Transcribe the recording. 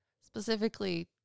Specifically